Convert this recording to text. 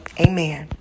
Amen